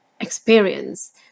experience